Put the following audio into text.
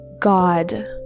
God